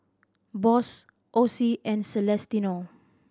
Boss Osie and Celestino